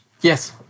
Yes